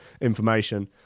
information